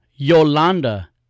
Yolanda